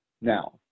Now